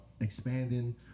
expanding